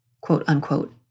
quote-unquote